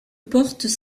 portent